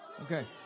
Okay